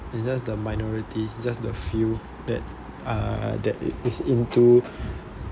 it's just the minority it's just the few that uh uh that it is into